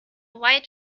white